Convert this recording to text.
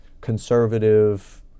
conservative